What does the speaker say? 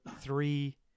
three